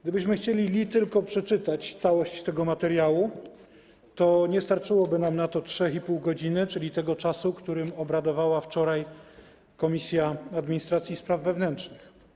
Gdybyśmy chcieli li tylko przeczytać całość tego materiału, to nie starczyłoby nam na to 3,5 godziny, czyli tego czasu, w jakim obradowała wczoraj Komisja Administracji i Spraw Wewnętrznych.